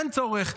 אין צורך.